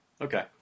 Okay